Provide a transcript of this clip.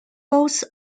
both